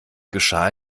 geschah